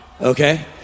okay